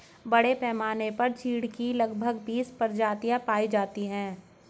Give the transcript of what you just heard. बड़े पैमाने पर चीढ की लगभग बीस प्रजातियां पाई जाती है